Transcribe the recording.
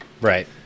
Right